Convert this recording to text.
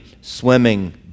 swimming